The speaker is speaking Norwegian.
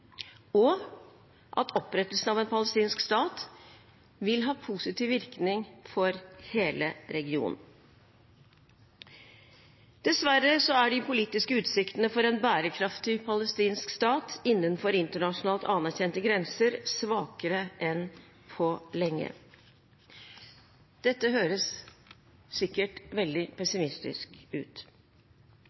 og at opprettelsen av en palestinsk stat vil ha positiv virkning for hele regionen. Dessverre er de politiske utsiktene for en bærekraftig palestinsk stat innenfor internasjonalt anerkjente grenser svakere enn på lenge. Dette høres sikkert veldig pessimistisk ut.